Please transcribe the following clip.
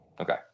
Okay